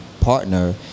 partner